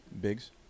Biggs